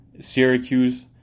Syracuse